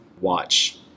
watch